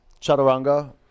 chaturanga